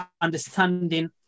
understanding